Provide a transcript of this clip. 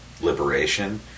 liberation